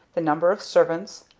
the number of servants,